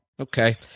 Okay